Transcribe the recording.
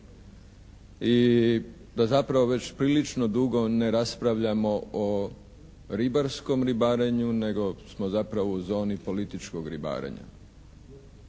i da zapravo već prilično dugo ne raspravljamo o ribarskom ribarenju, nego smo zapravo u zoni političkog ribarenja.